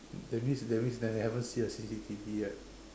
that means that means they haven't see the C_C_T_V yet